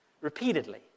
repeatedly